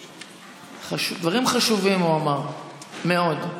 דברים חשובים הוא אמר, מאוד.